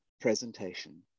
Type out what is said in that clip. presentation